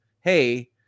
hey